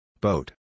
Boat